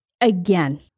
again